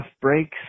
breaks